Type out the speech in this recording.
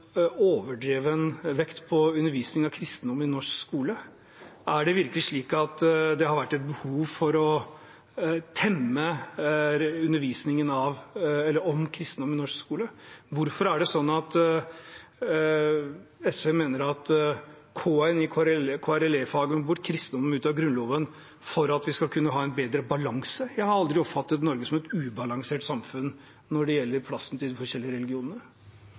overdreven vekt på undervisning av kristendom i norsk skole? Er det virkelig slik at det har vært et behov for å temme undervisningen om kristendom i norsk skole? Hvorfor mener SV at K-en i KRLE-faget må bort og kristendommen ut av Grunnloven for at vi skal kunne ha en bedre balanse? Jeg har aldri opplevd Norge som et ubalansert samfunn når det gjelder plassen til de forskjellige religionene.